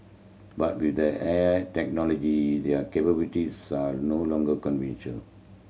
but with the aid technology their capabilities are no longer conventional